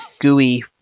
gooey